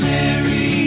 Mary